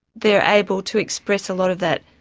they're able to express a lot of that,